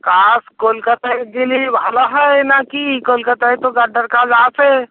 কাজ কলকাতায় গেলেই ভালো হয় না কি কলকাতায় তো গাড্ডার কাজ আসে